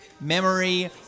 memory